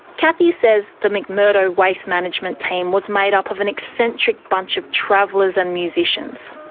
kathy says the mcmurdo waste management team was made up of an eccentric bunch of travellers and musicians,